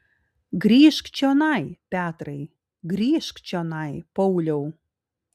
grįžk čionai petrai grįžk čionai pauliau